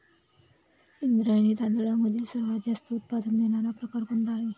इंद्रायणी तांदळामधील सर्वात जास्त उत्पादन देणारा प्रकार कोणता आहे?